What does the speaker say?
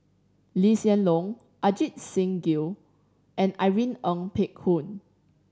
Lee Hsien Loong Ajit Singh Gill and Irene Ng Phek Hoong